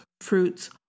fruits